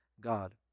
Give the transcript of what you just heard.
God